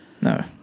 No